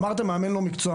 אמרתם מאמן לא מקצוע,